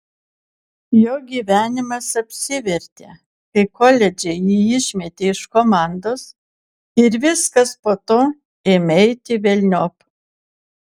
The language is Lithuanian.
jo gyvenimas apsivertė kai koledže jį išmetė iš komandos ir viskas po to ėmė eiti velniop